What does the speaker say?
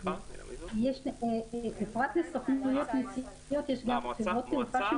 פרט לסוכנויות נסיעות, יש גם חברות תעופה ש